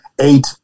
Eight